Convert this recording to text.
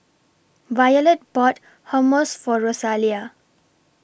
Violet bought Hummus For Rosalia